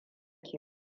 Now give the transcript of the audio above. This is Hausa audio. ke